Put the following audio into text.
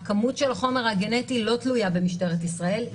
כמות החומר הגנטי לא תלויה במשטרת ישראל,